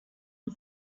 the